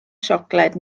siocled